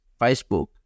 Facebook